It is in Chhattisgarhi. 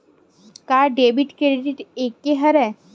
का डेबिट क्रेडिट एके हरय?